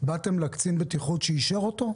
באתם לקצין בטיחות שאישר אותו?